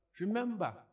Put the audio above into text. remember